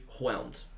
whelmed